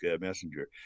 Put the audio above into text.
Messenger